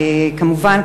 כמובן,